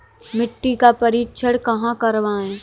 मिट्टी का परीक्षण कहाँ करवाएँ?